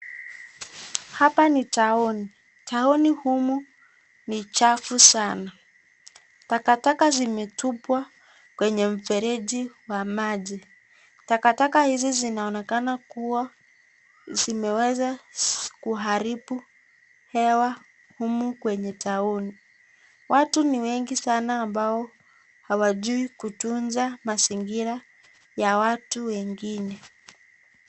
Hapa ni taoni . Taoni humu ni chafu sana. Takataka zimetupwa kwenye mfereji wa maji. Takataka hizi zinaonekana kuwa zimeweza kuharibu hewa humu kwenye taoni . Watu ni wengi sana ambao hawajui kutunza mazingira ya watu wengine.